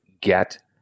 get